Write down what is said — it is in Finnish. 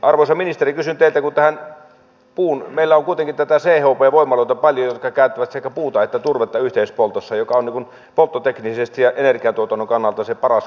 arvoisa ministeri kysyn teiltä kun meillä on kuitenkin paljon näitä chp voimaloita jotka käyttävät sekä puuta että turvetta yhteispoltossa ja se on polttoteknisesti ja energiantuotannon kannalta se paras cocktail